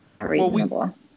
reasonable